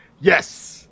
Yes